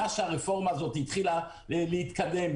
מאז שהרפורמה הזאת התחילה להתקיים,